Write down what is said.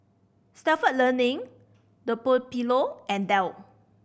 Stalford Learning Dunlopillo and Dell